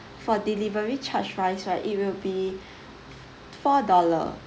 for delivery charge price right it will be four dollar